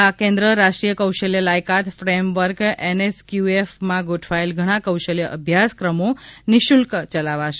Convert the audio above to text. આ કેન્દ્ર રાષ્ટ્રીય કૌશલ્ય લાયકાત ફેમવર્ક એનએસક્યુએફમાં ગોઠવાયેલ ઘણા કૌશલ્ય અભ્યાસક્રમો નિ શુલ્ક ચલાવશે